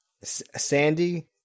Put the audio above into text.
Sandy